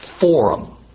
forum